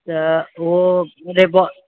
त उहो रहिबो